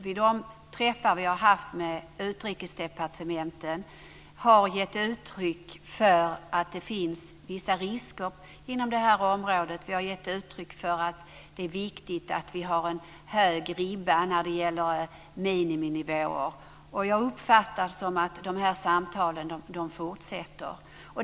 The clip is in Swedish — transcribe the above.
Vid de träffar vi har haft med Utrikesdepartementet har vi gett uttryck för att det finns vissa risker inom det här området. Vi har gett uttryck för att det är viktigt att vi har en hög ribba när det gäller miniminivåer. Jag uppfattar det så att de här samtalen fortsätter.